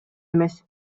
эмес